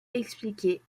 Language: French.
expliquer